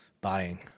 buying